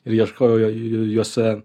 ir ieškojau juose